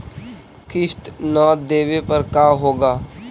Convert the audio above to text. किस्त न देबे पर का होगा?